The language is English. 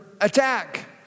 attack